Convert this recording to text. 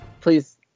Please